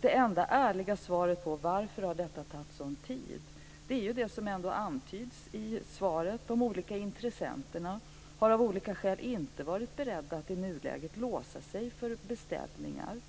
Det enda ärliga svaret på varför detta har tagit sådan tid är det som antyds i svaret: De olika intressenterna har av olika skäl inte varit beredda att i nuläget låsa sig för beställningar.